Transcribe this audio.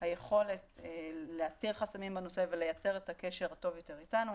היכולת לאתר חסמים בנושא ולייצר את הקשר הטוב יותר איתנו.